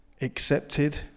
accepted